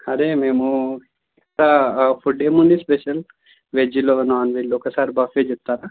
అదే మేము ఇక్కడ ఫుడ్ ఏమి ఉంది స్పెషల్ వెజ్లో నాన్వెజ్లో ఒక్కసారి బఫే చెప్తారా